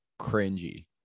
cringy